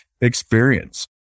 experience